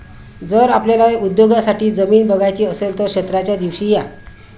जर आपल्याला उद्योगासाठी जमीन बघायची असेल तर क्षेत्राच्या दिवशी या